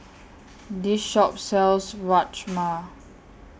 This Shop sells Rajma